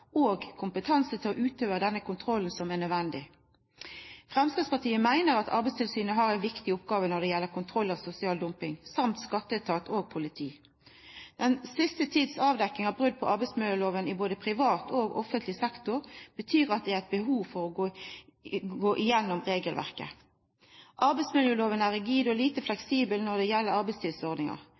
og kompetanse til å utøva den kontrollen som er nødvendig. Framstegspartiet meiner at Arbeidstilsynet – og skatteetat og politi – har ei viktig oppgåve når det gjeld kontroll av sosial dumping. Den siste tidas avdekking av brot på arbeidsmiljøloven i både privat og offentleg sektor betyr at det er eit behov for å gå igjennom regelverket. Arbeidsmiljøloven er rigid og lite fleksibel når det gjeld